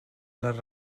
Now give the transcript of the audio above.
les